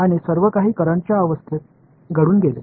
எனவே இந்த மற்ற சூழ்நிலைகளைப் பார்க்க நான் தருகிறேன்